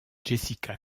jessica